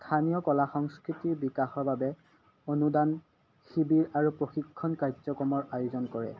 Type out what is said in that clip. স্থানীয় কলা সংস্কৃতি বিকাশৰ বাবে অনুদান শিবিৰ আৰু প্ৰশিক্ষণ কাৰ্যক্ৰমৰ আয়োজন কৰে